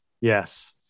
Yes